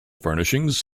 furnishings